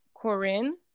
Corinne